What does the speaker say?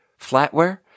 flatware